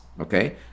okay